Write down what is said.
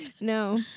no